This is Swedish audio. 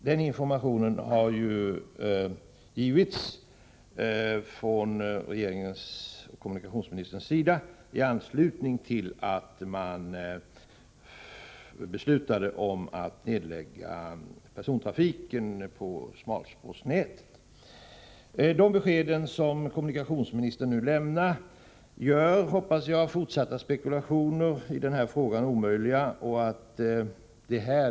Den informationen har regeringen och kommunikationsministern lämnat i anslutning till att man beslutade lägga ned persontrafiken på smalspårsnätet. Det besked som kommunikationsministern nu lämnar gör, hoppas jag, fortsatta spekulationer i den här frågan omöjliga.